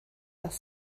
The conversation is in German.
das